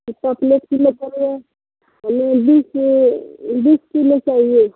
पपलेट की मतलब हमें बीस बीस किलो चाहिए